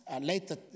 later